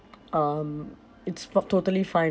um it's f~ totally fine